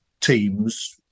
teams